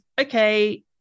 okay